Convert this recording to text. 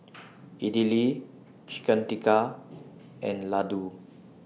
Idili Chicken Tikka and Ladoo